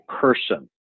person